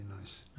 nice